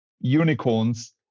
unicorns